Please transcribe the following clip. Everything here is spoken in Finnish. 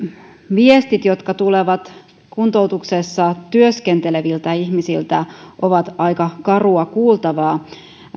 viestit jotka tulevat kuntoutuksessa työskenteleviltä ihmisiltä ovat aika karua kuultavaa